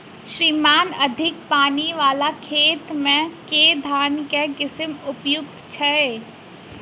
श्रीमान अधिक पानि वला खेत मे केँ धान केँ किसिम उपयुक्त छैय?